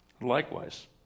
likewise